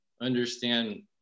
understand